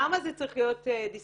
למה זה צריך להיות דיסקרטי?